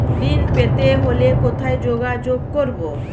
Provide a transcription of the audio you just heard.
ঋণ পেতে হলে কোথায় যোগাযোগ করব?